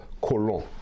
colon